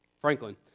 Franklin